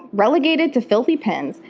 relegated to filthy pens,